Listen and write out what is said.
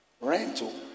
rental